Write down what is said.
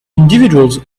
individuals